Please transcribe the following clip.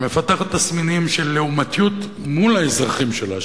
שמפתחת תסמינים של לעומתיות מול האזרחים שלה,